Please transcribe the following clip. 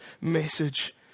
message